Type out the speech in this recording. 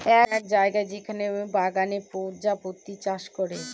এমন এক জায়গা যেখানে বাগানে প্রজাপতি চাষ করে